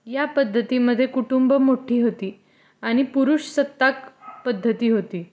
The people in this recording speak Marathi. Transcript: या पद्धतीमध्ये कुटुंब मोठी होती आणि पुरुषसत्ताक पद्धती होती